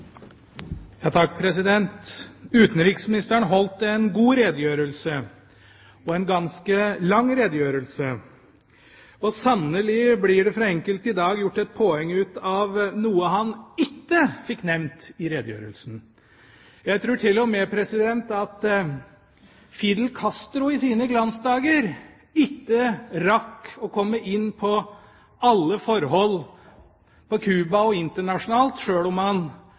gjort et poeng ut av noe han ikke fikk nevnt i redegjørelsen! Jeg tror til og med president Fidel Castro i sine glansdager ikke rakk å komme inn på alle forhold på Cuba og internasjonalt sjøl om han